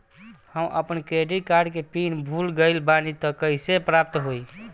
हम आपन credit card के पिन भुला गइल बानी त कइसे प्राप्त होई?